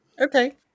Okay